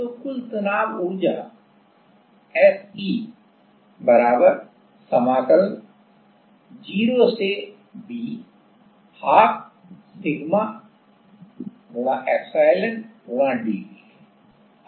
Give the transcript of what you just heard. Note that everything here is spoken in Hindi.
तो कुल तनाव ऊर्जा SE इंटीग्रल 0 से आयतन 12 सिग्माएप्सिलॉनdV है